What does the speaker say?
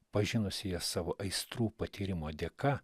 pažinusi savo aistrų patyrimo dėka